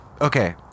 okay